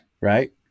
right